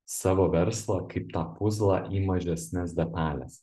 savo verslą kaip tą puzlą į mažesnes detales